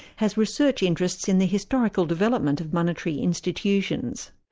has research interests in the historical development of monetary institutions.